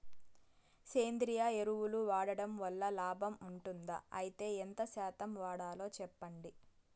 సేంద్రియ ఎరువులు వాడడం వల్ల లాభం ఉంటుందా? అయితే ఎంత శాతం వాడాలో చెప్పండి?